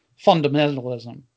fundamentalism